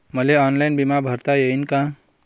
मले ऑनलाईन बिमा भरता येईन का?